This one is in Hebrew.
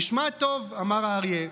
נשמע טוב, אמר האריה.